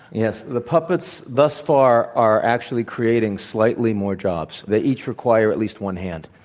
yes. the puppets thus far are actually creating slightly more jobs. they each require at least one hand.